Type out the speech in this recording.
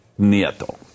Nieto